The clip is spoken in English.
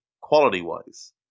quality-wise